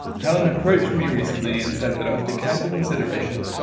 helen approached me recently and said that after careful consideration,